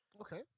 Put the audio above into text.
okay